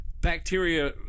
bacteria